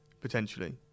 potentially